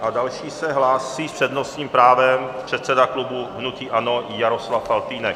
A další se hlásí s přednostním právem předseda klubu hnutí ANO Jaroslav Faltýnek.